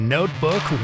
Notebook